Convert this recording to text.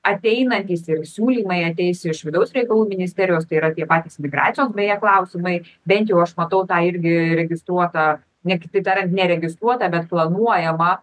ateinantys ir siūlymai ateis iš vidaus reikalų ministerijos tai yra tie patys migracijos beje klausimai bent jau aš matau tą irgi registruotą ne kitaip tariant neregistruotą bet planuojamą